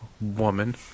Woman